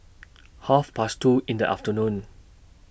Half Past two in The afternoon